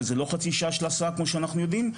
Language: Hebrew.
וזה לא חצי שעה של נסיעה כמו שאנחנו יודעים,